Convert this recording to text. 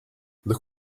look